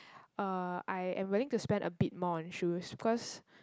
uh I am willing to spend a bit more on shoes because